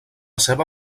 seva